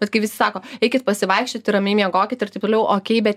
bet kai vis sako eikit pasivaikščioti ramiai miegokit ir taip toliau okei bet